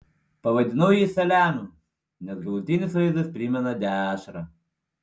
pavadinau jį saliamiu nes galutinis vaizdas primena dešrą